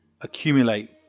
accumulate